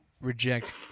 reject